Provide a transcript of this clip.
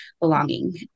belonging